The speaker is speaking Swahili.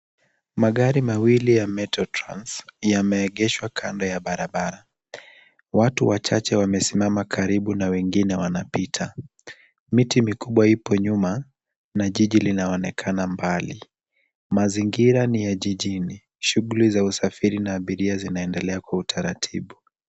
Magari mawili ya Metro Trans yameegeshwa kando ya barabara. Watu wachache wamesimama karibu na wengine wanapita. Miti mikubwa ipo nyuma na jiji linaonekana mbali. Mazingira ni ya jijini. Shughuli za usafiri na abiria zinaendelea kwa utaratibu.